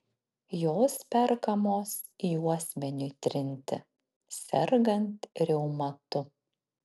jos perkamos juosmeniui trinti sergant reumatu